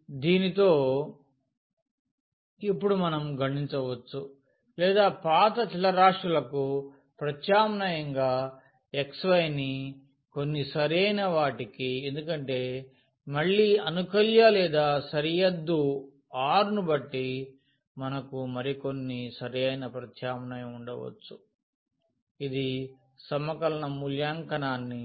కాబట్టి దీనితో ఇప్పుడు మనం గణించవచ్చు లేదా పాత చలరాశులకు ప్రత్యామ్నాయంగా xy ని కొన్ని సరి అయిన వాటికి ఎందుకంటే మళ్ళీ ఇంటిగ్రాండ్ లేదా సరిహద్దు r ను బట్టి మనకు మరికొన్ని సరి అయిన ప్రత్యామ్నాయం ఉండవచ్చు ఇది సమకలన మూల్యాంకనాన్ని